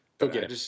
Okay